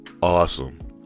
awesome